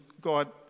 God